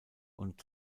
und